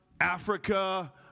Africa